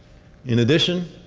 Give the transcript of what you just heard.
in addition,